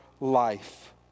life